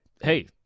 Hey